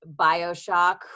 bioshock